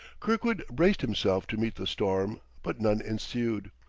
kirkwood braced himself to meet the storm but none ensued.